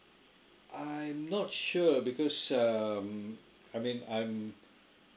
I'm not sure because um I mean I'm